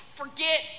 forget